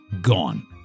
Gone